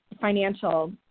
financial